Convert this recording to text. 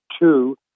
two